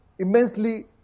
Immensely